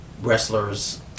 Wrestlers